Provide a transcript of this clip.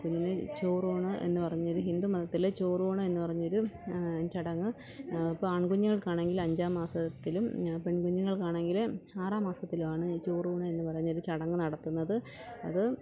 കുഞ്ഞിന് ചോറൂണ് എന്നു പറഞ്ഞൊരു ഹിന്ദുമതത്തിലെ ചോറൂണ് എന്നു പറഞ്ഞൊരു ചടങ്ങ് ഇപ്പോൾ ആൺ കുഞ്ഞുങ്ങൾക്ക് ആണെങ്കിൽ അഞ്ചാം മാസത്തിലും പെൺ കുഞ്ഞുങ്ങൾക്ക് ആണെങ്കിൽ ആറാം മാസത്തിലും ആണ് ഈ ചോറൂണ് പറഞ്ഞൊരു ചടങ്ങ് നടത്തുന്നത് അത്